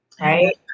right